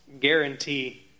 guarantee